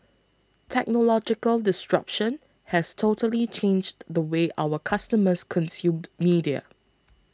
technological has totally changed the way our customers consumed media